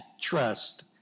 trust